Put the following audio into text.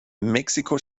mexiko